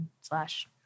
Slash